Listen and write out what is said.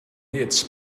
hits